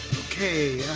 okay.